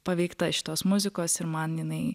paveikta šitos muzikos ir man jinai